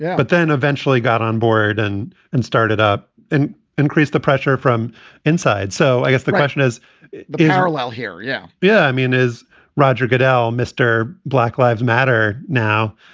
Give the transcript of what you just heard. but then eventually got on board and and started up an increase, the pressure from inside. so i guess the question is the parallel here. yeah. yeah. i mean, is roger goodell mr. black lives matter now?